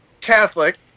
Catholic